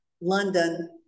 London